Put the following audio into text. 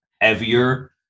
heavier